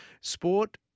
Sport